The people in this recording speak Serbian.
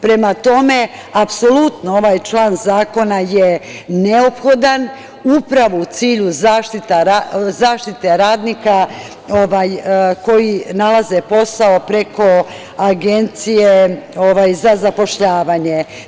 Prema tome, apsolutno ovaj član zakona je neophodan upravo u cilju zaštite radnika koji nalaze posao preko agencije za zapošljavanje.